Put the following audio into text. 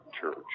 church